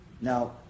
Now